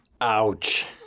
Ouch